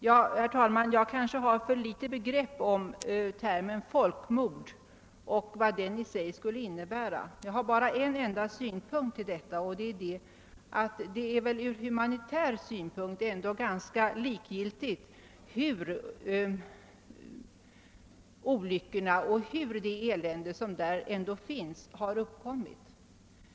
Ja, jag har kanske otillräckliga begrepp om innebörden av termen folkmord, och därför vill jag här bara framhålla att det ur humanitär synpunkt väl är ganska likgiltigt hur olyckorna och eländet i Nigeria har uppkommit.